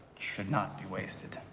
should not be wasted.